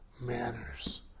manners